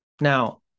Now